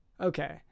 Okay